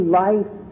life